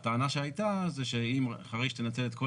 הטענה שהייתה היא שאחרי שתנצל את כל